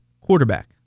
quarterback